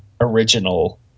original